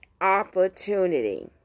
opportunity